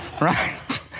Right